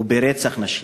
וברצח נשים.